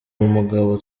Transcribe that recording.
umugabo